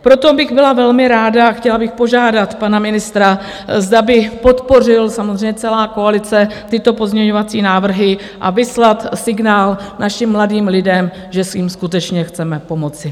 Proto bych byla velmi ráda a chtěla bych požádat pana ministra, zda by podpořil, samozřejmě celá koalice, tyto pozměňovací návrhy a vyslat signál našim mladým lidem, že jim skutečně chceme pomoci.